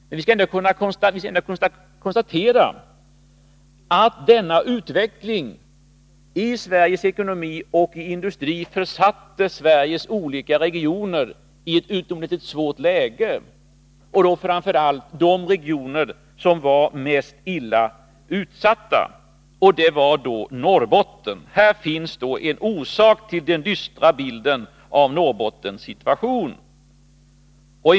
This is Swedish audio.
Men vi kan också konstatera att denna utveckling av Sveriges ekonomi och industri försatte olika regioner i Sverige i ett utomordentligt svårt läge, framför allt de regioner som var värst utsatta, och till dem hörde Norrbotten. Här finns en orsak till de dystra inslagen i Norrbottens situation.